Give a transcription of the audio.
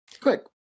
Quick